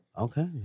Okay